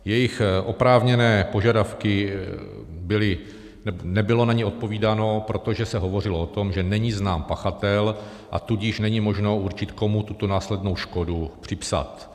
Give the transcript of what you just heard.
Na jejich oprávněné požadavky nebylo odpovídáno, protože se hovořilo o tom, že není znám pachatel, a tudíž není možno určit, komu tuto následnou škodu připsat.